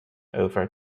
over